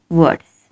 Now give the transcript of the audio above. words